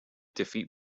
defeat